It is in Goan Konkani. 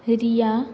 रिया